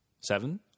seven